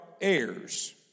heirs